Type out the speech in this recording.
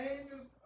angels